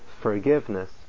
forgiveness